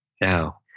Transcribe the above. Now